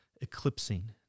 eclipsing